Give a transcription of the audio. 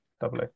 Double